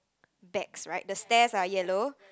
backs right the stairs are yellow